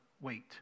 wait